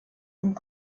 und